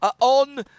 on